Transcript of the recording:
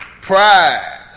Pride